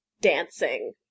dancing